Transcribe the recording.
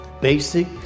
basic